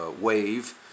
wave